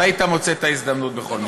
אז היית מוצא את ההזדמנות בכל מקרה.